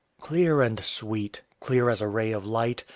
clear and sweet clear as a ray of light,